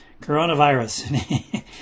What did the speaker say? coronavirus